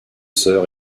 sœurs